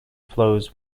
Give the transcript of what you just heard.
flows